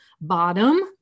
bottom